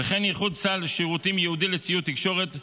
וכן ייחוד סל שירותים ייעודי לציוד תקשורת,